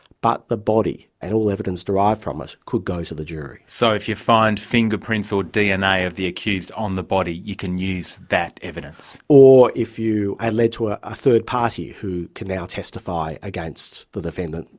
but the body and all evidence derived from it, could go to the jury. so if you find fingerprints or dna of the accused on the body, you can use that evidence? or if you are ah led to ah a third party who can now testify against the defendant,